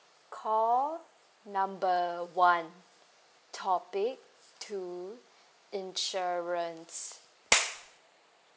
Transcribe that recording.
call number one topic two insurance